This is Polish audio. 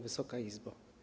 Wysoka Izbo!